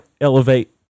elevate